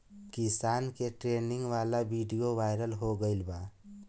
किसान के ट्रेनिंग वाला विडीओ वायरल हो गईल बा